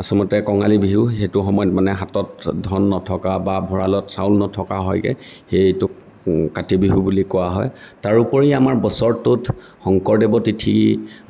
আচলতে কঙালী বিহু সেইটো সময়ত মানে হাতত ধন নথকা বা ভঁৰালত চাউল নথকা হয়গৈ সেয়ে এইটোক কাতি বিহু বুলি কোৱা হয় তাৰোপৰি আমাৰ বছৰটোত শংকৰদেৱৰ তিথি